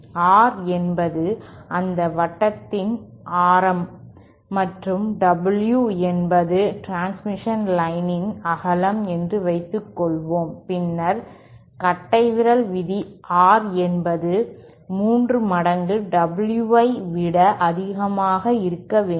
R என்பது அந்த வட்டத்தின் ஆரம் மற்றும் W என்பது டிரான்ஸ்மிஷன் லைன் இன் அகலம் என்று வைத்துக்கொள்வோம் பின்னர் கட்டைவிரல் விதி R என்பது மூன்று மடங்கு W ஐ விட அதிகமாக இருக்க வேண்டும்